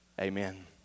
Amen